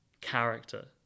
character